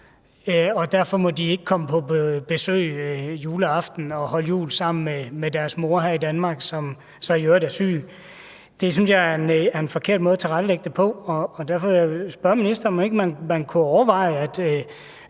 derfor ikke må komme på besøg juleaften og holde jul i Danmark sammen med sin mor, som i øvrigt er syg. Det synes jeg er en forkert måde at tilrettelægge det på. Derfor vil jeg spørge ministeren, om man ikke kunne overveje,